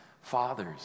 Fathers